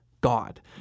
God